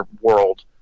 world